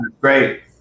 Great